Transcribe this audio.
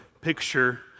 picture